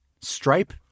Stripe